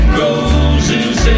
roses